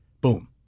boom